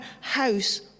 house